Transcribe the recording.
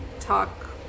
talk